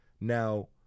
Now